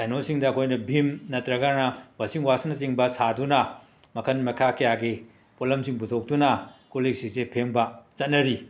ꯀꯩꯅꯣꯁꯤꯡꯗ ꯑꯩꯈꯣꯏꯅ ꯚꯤꯝ ꯅꯠꯇ꯭ꯔꯒꯅ ꯋꯥꯁꯤꯡꯋꯥꯁꯅꯆꯤꯡꯕ ꯁꯥꯗꯨꯅ ꯃꯈꯟ ꯃꯈꯥ ꯀꯌꯥꯒꯤ ꯄꯣꯠꯂꯝꯁꯤꯡ ꯄꯨꯊꯣꯛꯇꯨꯅ ꯀꯣꯜ ꯂꯤꯛꯁꯤꯡꯁꯦ ꯐꯦꯡꯕ ꯆꯠꯅꯔꯤ